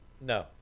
No